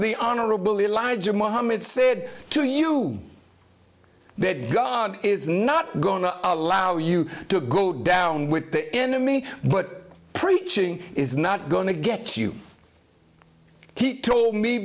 the honorable elijah muhammad said to you that god is not going to allow you to go down with the enemy but preaching is not going to get you he told me